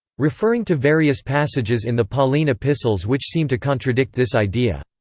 referring to various passages in the pauline epistles which seem to contradict this idea.